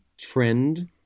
trend